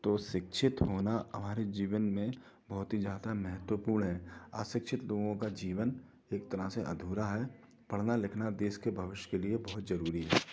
तो शिक्षित होना हमारे जीवन में बहुत ही ज़्यादा महत्वपूर्ण आशिक्षित लोगों का जीवन एक तरह से अधूरा है पढ़ना लिखना देश के भविष्य के लिए बहुत जरूरी है